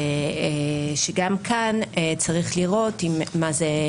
וגם כאן צריך לראות מה זה.